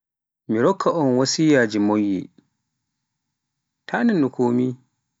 Mi rokka on wasiyaaji moƴƴi, ta nanu komi.